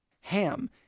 Ham